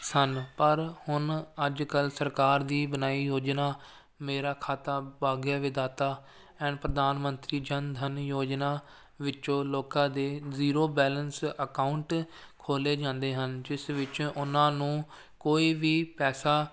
ਸਨ ਪਰ ਹੁਣ ਅੱਜ ਕੱਲ੍ਹ ਸਰਕਾਰ ਦੀ ਬਣਾਈ ਯੋਜਨਾ ਮੇਰਾ ਖਾਤਾ ਭਾਗਯ ਵਿਧਾਤਾ ਐਂਡ ਪ੍ਰਧਾਨ ਮੰਤਰੀ ਜਨ ਧਨ ਯੋਜਨਾ ਵਿੱਚੋਂ ਲੋਕਾਂ ਦੇ ਜ਼ੀਰੋ ਬੈਲੈਂਸ ਅਕਾਊਂਟ ਖੋਲ੍ਹੇ ਜਾਂਦੇ ਹਨ ਜਿਸ ਵਿੱਚ ਉਹਨਾਂ ਨੂੰ ਕੋਈ ਵੀ ਪੈਸਾ